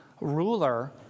ruler